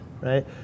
right